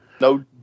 No